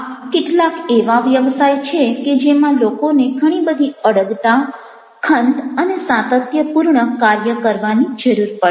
આ કેટલાક એવા વ્યવસાય છે કે જેમાં લોકોને ઘણી બધી અડગતા ખંત અને સાતત્યપૂર્ણ કાર્ય કરવાની જરૂર પડે છે